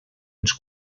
ens